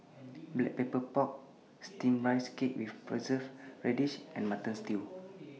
Black Pepper Pork Steamed Rice Cake with Preserved Radish and Mutton Stew